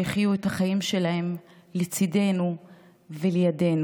שיחיו את החיים שלהם לצידנו ולידינו.